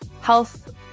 health